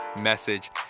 message